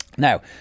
Now